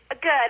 good